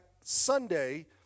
Sunday